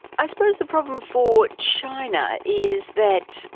i suppose the problem for china is that,